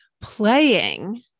playing